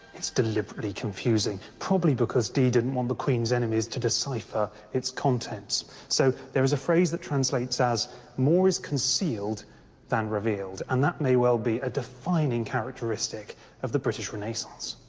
it's deliberately confusing, probably because dee didn't want the queen's enemies to decipher its contents. so there is a phrase that translates as more is concealed than revealed. and that may well be a defining characteristic of the british renaissance.